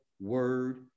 word